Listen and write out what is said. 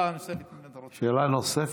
אנחנו מדינה דמוקרטית,